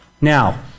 Now